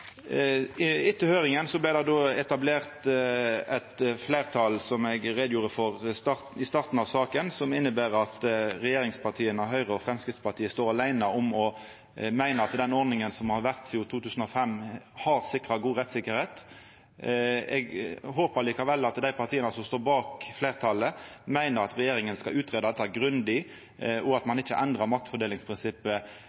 Etter høyringa vart det etablert eit fleirtal som eg greidde ut om i starten av saka, som inneber at regjeringspartia Høgre og Framstegspartiet står aleine om å meina at den ordninga som har vore sidan 2005, har sikra god rettstryggleik. Eg håpar likevel at dei partia som står bak fleirtalet, meiner at regjeringa skal greie ut dette grundig, og at